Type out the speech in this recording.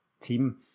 team